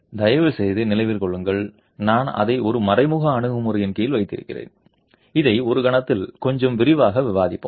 ஆனால் தயவுசெய்து நினைவில் கொள்ளுங்கள் நான் அதை ஒரு மறைமுக அணுகுமுறையின் கீழ் வைத்திருக்கிறேன் இதை ஒரு கணத்தில் கொஞ்சம் விரிவாக விவாதிப்போம்